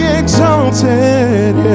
exalted